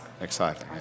exciting